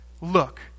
look